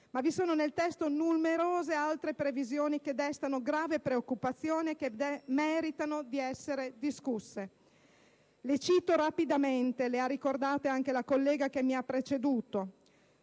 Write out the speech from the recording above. Ma vi sono nel testo numerose altre previsioni che destano grave preoccupazione e che meritano di essere ridiscusse. Le cito rapidamente (le ha ricordate anche la collega che mi ha preceduto).